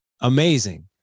amazing